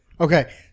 Okay